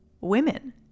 women